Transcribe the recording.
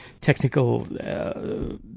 technical